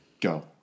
go